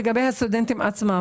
אריק, לגבי מדענים עולים.